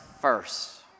first